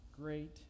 great